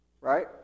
Right